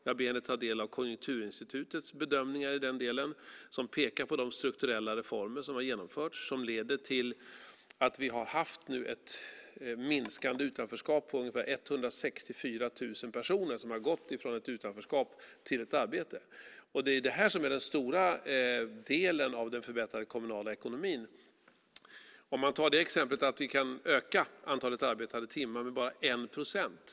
Jag ber henne ta del av Konjunkturinstitutets bedömningar i den delen, där man pekar på de strukturella reformer som har genomförts och som lett till att vi har haft ett minskande utanförskap med ungefär 164 000 personer som har gått från ett utanförskap till ett arbete. Det är det här som är den stora delen av den förbättrade kommunala ekonomin. Vi kan ta exemplet att vi kan öka antalet arbetade timmar med bara 1 procent.